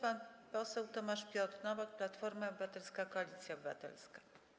Pan poseł Tomasz Piotr Nowak, Platforma Obywatelska - Koalicja Obywatelska.